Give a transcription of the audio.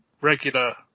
regular